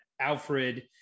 Alfred